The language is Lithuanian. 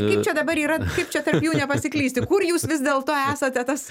kaip čia dabar yra kaip čia tarp jų nepasiklysti kur jūs vis dėlto esate tas